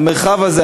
המרחב הזה,